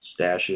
stashes